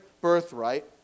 birthright